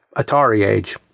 atari age.